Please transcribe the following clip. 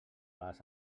les